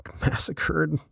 massacred